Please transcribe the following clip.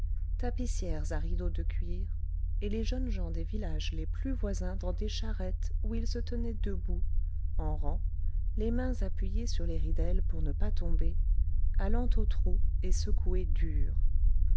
tapissières à rideaux de cuir et les jeunes gens des villages les plus voisins dans des charrettes où ils se tenaient debout en rang les mains appuyées sur les ridelles pour ne pas tomber allant au trot et secoués dur